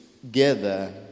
together